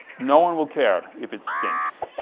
no one will care if it stinks.